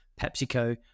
PepsiCo